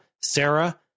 Sarah